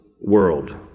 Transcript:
world